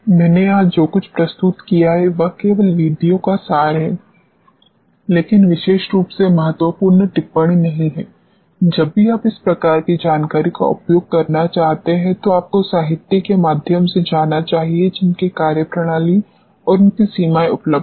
मैंने यहाँ जो कुछ प्रस्तुत किया है वह केवल विधियों का सार है लेकिन विशेष रूप से महत्वपूर्ण टिप्पणी नहीं है जब भी आप इस प्रकार की जानकारी का उपयोग करना चाहते हैं तो आपको साहित्य के माध्यम से जाना चाहिए जिनकी कार्यप्रणाली और उनकी सीमाएं उपलब्ध है